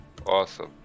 Awesome